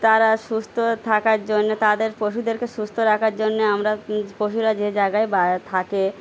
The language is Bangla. তারা সুস্থ থাকার জন্যে তাদের পশুদেরকে সুস্থ রাখার জন্যে আমরা পশুরা যে জায়গায় বা থাকে